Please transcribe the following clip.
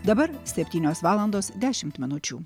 dabar septynios valandos dešimt minučių